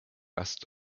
ast